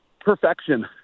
perfection